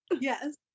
yes